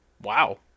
Wow